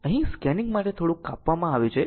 અહીં સ્કેનિંગ માટે થોડુંક કાપવામાં આવ્યું છે